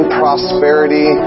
prosperity